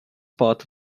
part